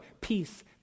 peace